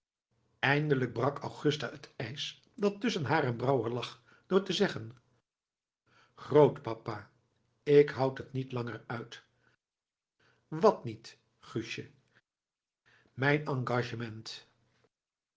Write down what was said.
eindelijk brak augusta het ijs dat tusschen haar en brouwer lag door te zeggen grootpapa ik houd het niet langer uit wat niet guustje mijn engagement